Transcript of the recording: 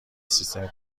سیستم